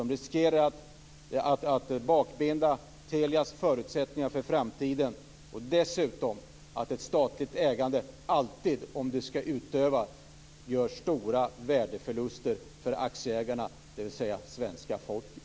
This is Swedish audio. Det riskerar att bakbinda Telias förutsättningar för framtiden. Dessutom innebär ett statligt ägande alltid stora värdeförluster för aktieägarna, dvs. svenska folket.